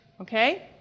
Okay